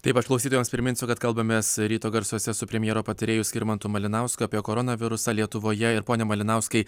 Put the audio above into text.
taip aš klausytojams priminsiu kad kalbamės ryto garsuose su premjero patarėju skirmantu malinausku apie koronavirusą lietuvoje ir pone malinauskai